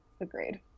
Agreed